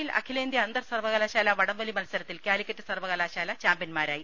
ഒഡീഷയിൽ അഖിലേന്ത്യ അന്തർസർവകലാശാല വടംവലി മത്സരത്തിൽ കാലിക്കറ്റ് സർവകലാശാല ചാംപ്യൻമാരായി